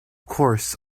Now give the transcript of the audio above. course